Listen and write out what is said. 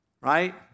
right